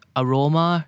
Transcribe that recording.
aroma